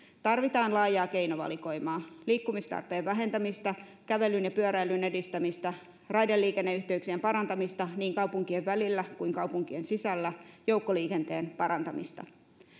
tarvitaan laajaa keinovalikoimaa liikkumistarpeen vähentämistä kävelyn ja pyöräilyn edistämistä raideliikenneyhteyksien parantamista niin kaupunkien välillä kuin kaupunkien sisällä joukkoliikenteen parantamista